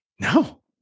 no